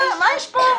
מה יש פה?